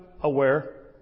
aware